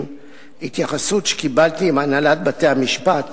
התייחסות שקיבלתי מהנהלת בתי-המשפט